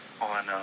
on